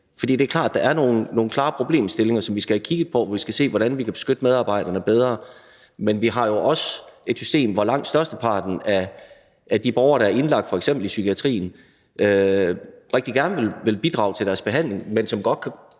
For det er klart, at der er nogle klare problemstillinger, som vi skal have kigget på for at se, hvordan vi kan beskytte medarbejderne bedre. Men vi har jo også et system, hvor langt størsteparten af de borgere, der er indlagt i f.eks. psykiatrien, rigtig gerne vil bidrage til behandlingen, men som godt kan